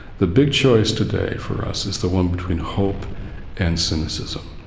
the big choice today for us is the one between hope and cynicism.